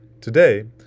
Today